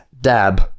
dab